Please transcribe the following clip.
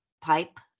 pipe